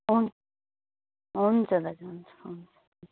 हुन् हुन्छ दाजु हुन्छ हन्छ